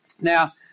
Now